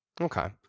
Okay